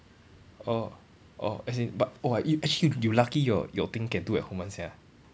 orh orh as in but !whoa! you actually you lucky your your thing can do at home [one] sia